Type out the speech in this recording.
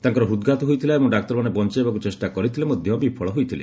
ତାଙ୍କର ହୃଦ୍ଘାତ ହୋଇଥିଲା ଏବଂ ଡାକ୍ତରମାନେ ବଞ୍ଚାଇବାକୁ ଚେଷ୍ଟା କରିଥିଲେ ମଧ୍ୟ ବିଫଳ ହୋଇଥିଲେ